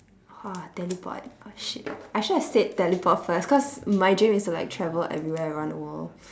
!wah! teleport oh shit I should have said teleport first cause my dream is to like travel everywhere around the world